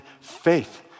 faith